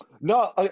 No